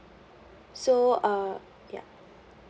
so uh yeah